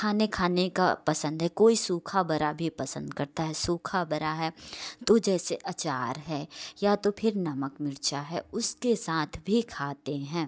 खाने खाने का पसंद है कोई सूखा बड़ा भी पसंद करता है सूखा बड़ा है तो जैसे अचार है या तो फिर नमक मिर्चा है उसके साथ भी खाते हैं